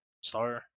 Star